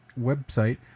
website